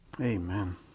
Amen